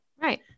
Right